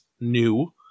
new